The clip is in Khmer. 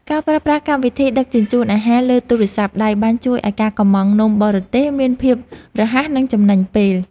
ការប្រើប្រាស់កម្មវិធីដឹកជញ្ជូនអាហារលើទូរស័ព្ទដៃបានជួយឱ្យការកម្ម៉ង់នំបរទេសមានភាពរហ័សនិងចំណេញពេល។